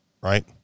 right